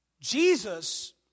Jesus